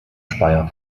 speyer